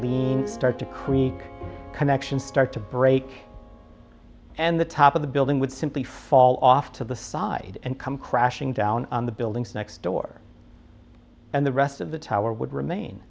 and start to creak connections start to break and the top of the building would simply fall off to the side and come crashing down on the buildings next door and the rest of the tower would remain